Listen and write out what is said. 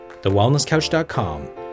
TheWellnessCouch.com